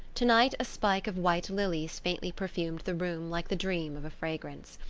tonight a spike of white lilies faintly perfumed the room like the dream of a fragrance.